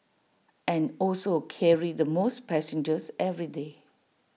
and also carry the most passengers every day